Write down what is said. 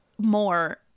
more